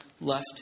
left